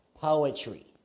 Poetry